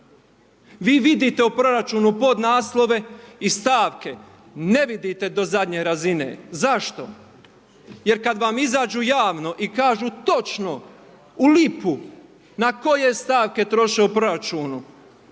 Vi vidite u proračunu podnaslove i stavke, ne vidite do zadnje razine. Zašto? Jer kada vam izađu javno i kažu točno u lipu na koje stavke troše u proračunu,